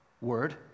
word